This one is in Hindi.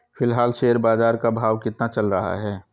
फिलहाल शेयर बाजार का भाव कितना चल रहा है?